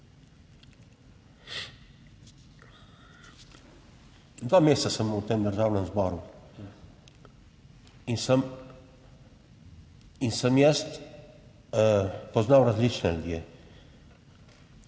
Dva meseca sem v tem Državnem zboru in sem in sem jaz poznal različne ljudi.